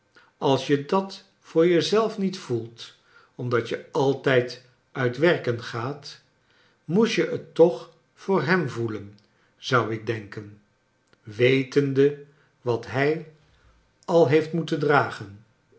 als je dat voor je zelf niet voelt omdat je altijd uit werken gaat moest je het toch voor hem voelen zou ik denken wetende wat hij al heeft moeten dragen